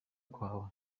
kwawe